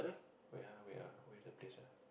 where ah where ah where the place ah